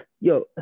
yo –